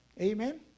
Amen